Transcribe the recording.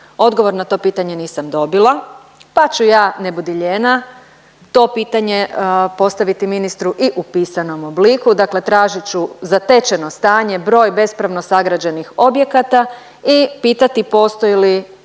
Odgovor na to pitanje nisam dobila, pa ću ja ne budi lijena to pitanje postaviti ministru i u pisanom obliku, dakle tražit ću zatečeno stanje broj bespravno sagrađenih objekata i pitati li postoji li